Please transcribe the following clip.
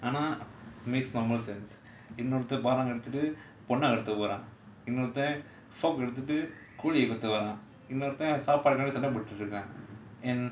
ஆனா:aanaa makes normal sense இன்னொருத்தன்:innoruthan எடுத்துட்டு பொண்ண கடத்த போறான் இன்னொருத்தன்:eduthuttu ponna kadatha poraan innoruthan எடுத்துட்டு கூலிய குத்த வரான் இன்னொருத்தன் சாப்பாட்டுக்காக சண்டை போட்டுட்டு இருக்கான்:eduthuttu kooliya kutha varaan innoruthan saapaadukkaaga sandai pottutu irukaan and